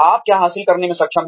आप क्या हासिल करने में सक्षम हैं